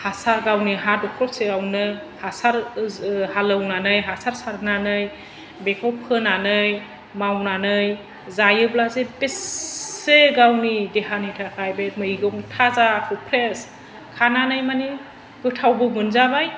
हासार गावनि हा दखरसेआवनो हासार हालेवनानै हासार सारनानै बेखौ फोनानै मावनानै जायोब्लासो बेसे गावनि देहानि थाखाय बे मैगं थाजाखौ फ्रेस खानानै माने गोथावबो मोनजाबाय